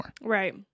Right